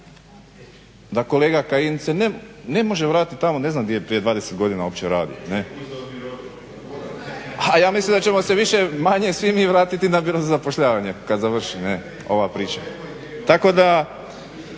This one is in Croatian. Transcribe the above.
da kolega Kajin se ne može vratiti tamo ne znam gdje je prije 20 godina uopće radio. A ja mislim da ćemo više-manje svi mi vratiti na biro za zapošljavanje kada završi ova priča. Tako da